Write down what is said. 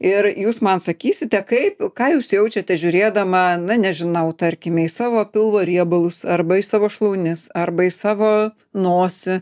ir jūs man sakysite kaip ką jūs jaučiate žiūrėdama na nežinau tarkime į savo pilvo riebalus arba į savo šlaunis arba iš savo nosį